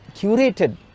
curated